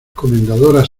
comendadoras